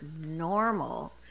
normal